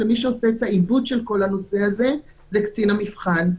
ומי שעושה את העיבוד של כל הנושא הזה זה קצין המבחן.